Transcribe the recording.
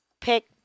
pick